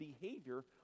behavior